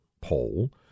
poll